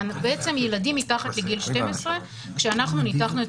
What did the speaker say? בעצם ילדים מתחת לגיל 12 כשאנחנו ניתחנו את